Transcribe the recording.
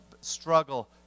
struggle